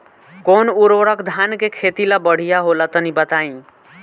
कौन उर्वरक धान के खेती ला बढ़िया होला तनी बताई?